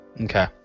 Okay